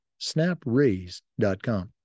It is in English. snapraise.com